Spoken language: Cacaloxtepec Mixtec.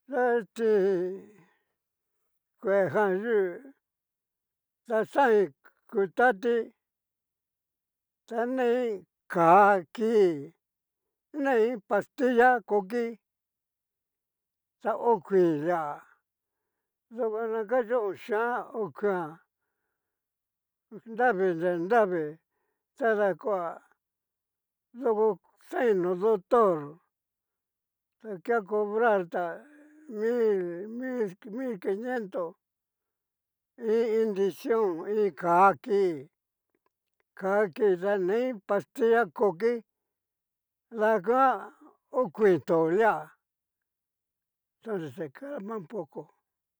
Ta tin kuejan yú ta xain kutati ta nei ká ki nei pastilla,´koki ta okuin lia yuku na kacho oyean okuian, nri nravii nri nravii tada koa doko xaiin no doctor, gta kea conbrata mil, mil quinientos i iin inyecion iin ká ki ka ki ta nei pastilla koki danguan okuin tó lia entonces se calma un poco.